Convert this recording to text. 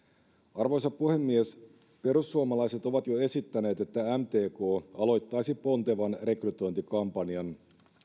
arvoisa puhemies perussuomalaiset ovat jo esittäneet että mtk aloittaisi pontevan rekrytointikampanjan